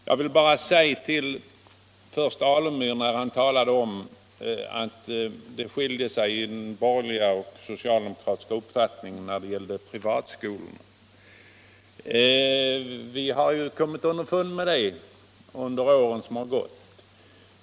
Herr Alemyr talade emellertid om att de icke-socialistiska partiernas och socialdemokraternas uppfattning skiljer sig i fråga om privatskolorna. Ja, vi har kommit underfund med det under åren som har gått.